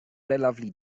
lovely